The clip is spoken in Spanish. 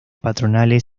patronales